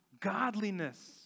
godliness